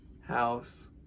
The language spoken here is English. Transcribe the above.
house